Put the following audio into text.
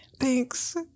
Thanks